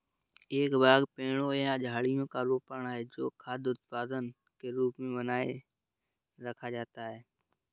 एक बाग पेड़ों या झाड़ियों का रोपण है जो खाद्य उत्पादन के लिए बनाए रखा जाता है